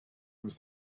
was